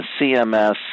CMS